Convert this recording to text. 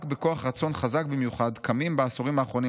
רק בכוח רצון חזק במיוחד קמים בעשורים האחרונים